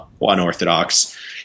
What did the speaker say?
unorthodox